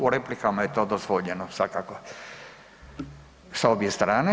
U replikama je to dozvoljeno svakako sa obje strane.